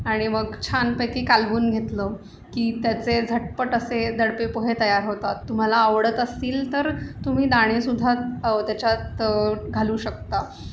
आणि मग छानपैकी कालवून घेतलं की त्याचे झटपट असे दडपे पोहे तयार होतात तुम्हाला आवडत असील तर तुम्ही दाणेसुद्धा त्याच्यात घालू शकता